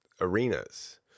arenas